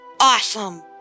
Awesome